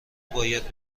باید